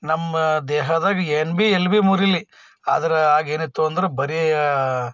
ನಮ್ಮ ದೇಹದಾಗ ಏನು ಭೀ ಎಲ್ಲಿ ಭೀ ಮುರಿಲಿ ಆದರ ಆಗೇನಿತ್ತು ಅಂದ್ರೆ ಬರೀ